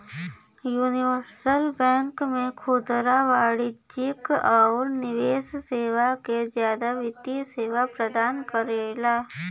universal bank में खुदरा वाणिज्यिक आउर निवेश सेवा क जादा वित्तीय सेवा प्रदान करला